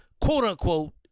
quote-unquote